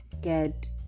get